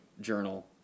Journal